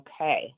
Okay